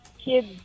Kids